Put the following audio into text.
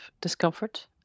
discomfort